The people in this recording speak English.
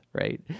right